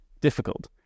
difficult